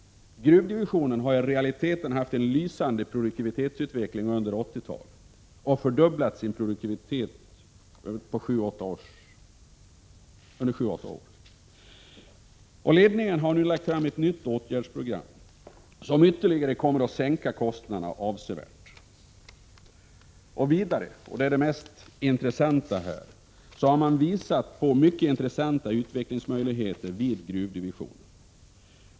Gruvdivisionen har i realiteten haft en lysande produktivitetsutveckling under 80-talet och fördubblat sin produktivitet under sju åtta år. Ledningen har nu lagt fram ett åtgärdsprogram, som ytterligare kommer att sänka kostnaderna avsevärt. Vidare har man visat på mycket intressanta utvecklingsmöjligheter vid gruvdivisionen.